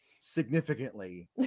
significantly